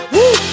Woo